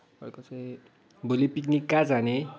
अर्को चाहिँ भोलि पिकनिक कहाँ जाने